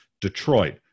Detroit